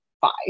five